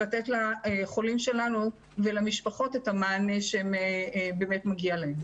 לתת לחולים שלנו ולמשפחות את המענה שבאמת מגיע להם.